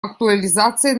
актуализацией